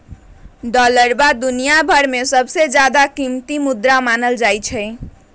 डालरवा दुनिया भर में सबसे ज्यादा कीमती मुद्रा मानल जाहई